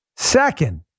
Second